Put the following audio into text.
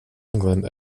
england